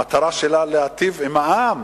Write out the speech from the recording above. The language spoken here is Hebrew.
המטרה שלה להיטיב עם העם,